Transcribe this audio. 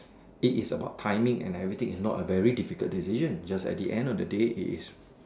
it is about timing and everything is not a very difficult decision just at the end of the day it is